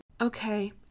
Okay